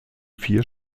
vier